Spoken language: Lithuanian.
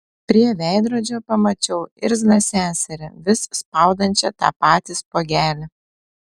prie veidrodžio pamačiau irzlią seserį vis spaudančią tą patį spuogelį